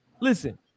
listen